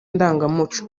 ndangamuco